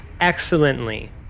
excellently